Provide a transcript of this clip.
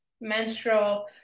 menstrual